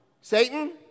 Satan